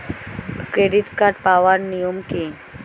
Credit card পাওয়ার নিয়ম কী?